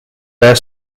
their